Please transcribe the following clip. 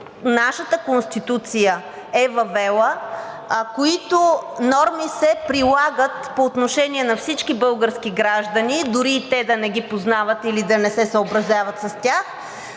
нашата Конституция е въвела, които норми се прилагат по отношение на всички български граждани, дори и те да не ги познават или да не се съобразяват с тях